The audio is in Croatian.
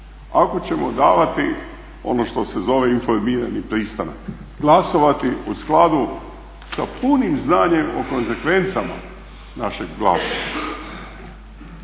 ako ćemo davati ono što se zove informirani pristanak, glasovati u skladu sa punim znanjem o konsekvencama našeg glasa.